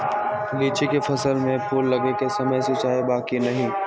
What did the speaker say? लीची के फसल में फूल लगे के समय सिंचाई बा कि नही?